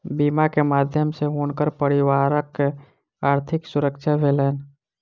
बीमा के माध्यम सॅ हुनकर परिवारक आर्थिक सुरक्षा भेलैन